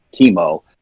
chemo